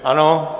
Ano.